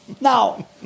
Now